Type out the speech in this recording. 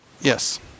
Yes